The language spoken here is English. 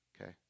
Okay